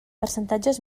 percentatges